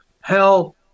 hell